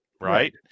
right